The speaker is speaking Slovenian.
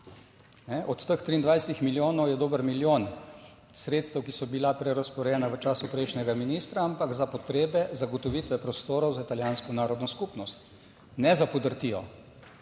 Od teh 23 milijonov je dober milijon sredstev, ki so bila prerazporejena v času prejšnjega ministra, ampak za potrebe zagotovitve prostorov za italijansko narodno skupnost, ne za podrtijo,